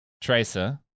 Tracer